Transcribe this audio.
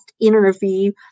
interview